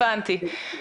הבנתי.